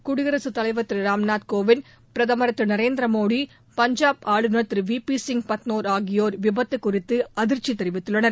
குடியரசுத் தலைவர் திரு ராம்நாத் கோவிந்த் பிரதமர் திரு நரேந்திர மோடி பஞ்சாப் ஆளுநர் திரு வி பி சிங் பத்னோர் ஆகியோர் விபத்து குறித்து அதிர்ச்சி தெரிவித்துள்ளனர்